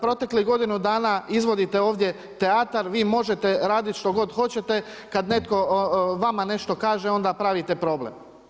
Proteklu godinu dana izvodite ovdje teatar, vi možete raditi što god hoće, a kad netko vama nešto kaže, onda pravite problem.